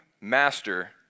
master